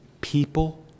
people